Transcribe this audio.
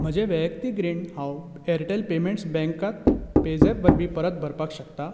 म्हजें वैयक्तीक रीण हांव एरटेल पेमेन्टस बँकाक पेझॅप वरवीं परत भरपाक शकता